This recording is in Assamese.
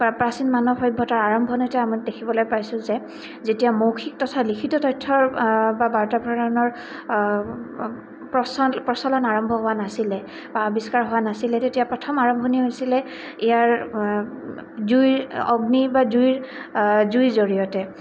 প্ৰা প্ৰাচীন মানৱ সভ্যতাৰ আৰম্ভণিতে আমি দেখিবলৈ পাইছোঁ যে যেতিয়া মৌখিক তথা লিখিত তথ্যৰ বা বাৰ্তা প্ৰৰণৰ প্ৰচল প্ৰচলন আৰম্ভ হোৱা নাছিলে বা আৱিষ্কাৰ হোৱা নাছিলে তেতিয়া প্ৰথম আৰম্ভণি হৈছিলে ইয়াৰ জুইৰ অগ্নি বা জুইৰ জুইৰ জৰিয়তে